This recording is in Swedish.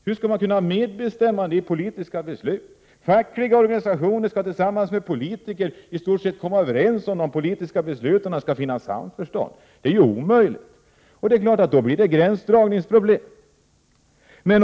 Hur skall fackliga organisationer tillsammans med politiker kunna komma överens om de politiska besluten och finna samförståndslösningar? Det är ju omöjligt! Det är klart att det då blir gränsdragningsproblem.